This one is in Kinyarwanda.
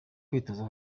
kwitoza